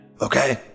Okay